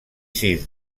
sis